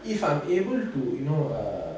if I'm able to you know err